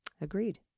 Agreed